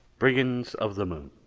brigands of the moon,